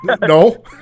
No